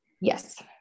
Yes